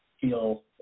feel